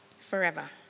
forever